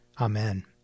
Amen